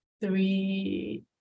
three